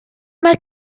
mae